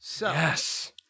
Yes